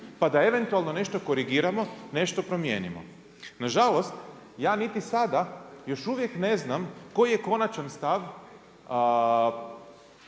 pa da eventualno nešto korigiramo, nešto promijenimo. Nažalost, ja niti sada još uvijek ne znam, koji je konačan stav